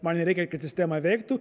man nereikia kad sistema veiktų